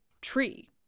tree